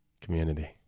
Community